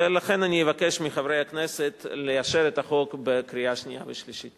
ולכן אני אבקש מחברי הכנסת לאשר אותה בקריאה שנייה ושלישית.